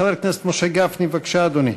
חבר הכנסת משה גפני, בבקשה, אדוני.